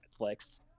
Netflix